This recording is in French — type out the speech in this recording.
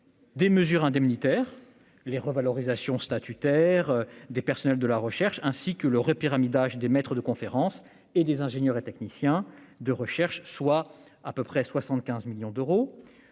des mesures indemnitaires : revalorisations statutaires des personnels de recherche, repyramidage des maîtres de conférences et des ingénieurs et techniciens de recherche et de formation, à hauteur de 75 millions d'euros.